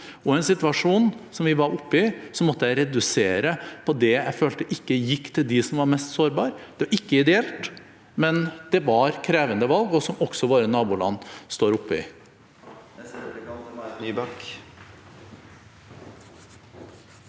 I en situasjon som vi var oppe i, måtte jeg redusere på det jeg følte ikke gikk til dem som var mest sårbare. Det er ikke ideelt, men det var krevende valg, som også våre naboland står oppe